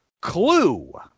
Clue